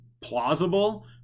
plausible